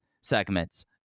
segments